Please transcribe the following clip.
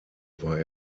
war